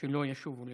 שלא ישובו לכאן.